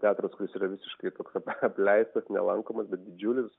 teatras kuris yra visiškai toks ap apleistas nelankomas bet didžiulis